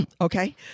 Okay